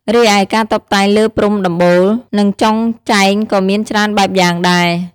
រីឯការតុបតែងលើព្រំដំបូល និងចុងចែងក៏មានច្រើនបែបយ៉ាងដែរ ។